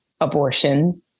abortion